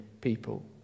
people